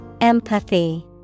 Empathy